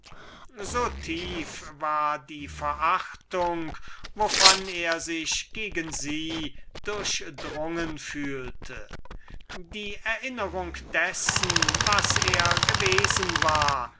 so tief war die verachtung wovon er sich gegen sie durchdrungen fühlte die erinnerung dessen was er gewesen war